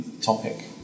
Topic